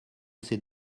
ces